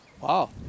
wow